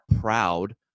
proud